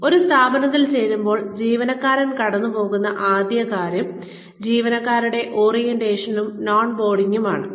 ഒരു സ്ഥാപനത്തിൽ ചേരുമ്പോൾ ജീവനക്കാർ കടന്നുപോകുന്ന ആദ്യ കാര്യം ജീവനക്കാരുടെ ഓറിയന്റേഷനും ഓൺ ബോർഡിംഗുമാണ് orientation and on boarding